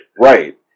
Right